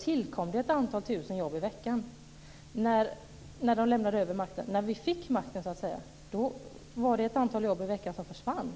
tillkom det ett antal tusen jobb i veckan. När vi fick makten var det ett antal tusen jobb i veckan som försvann.